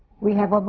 we have